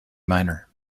minor